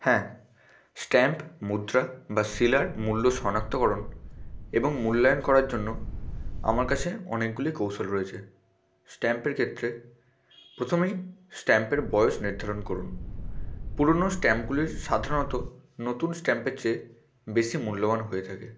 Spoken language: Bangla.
হ্যাঁ স্ট্যাম্প মুদ্রা বা শিলার মূল্য শনাক্তকরণ এবং মূল্যায়ন করার জন্য আমার কাছে অনেকগুলি কৌশল রয়েছে স্ট্যাম্পের ক্ষেত্রে প্রথমেই স্ট্যাম্পের বয়স নির্ধারণ করুন পুরোনো স্ট্যাম্পগুলির সাধারণত নতুন স্ট্যাম্পের চেয়ে বেশি মূল্যবান হয়ে থাকে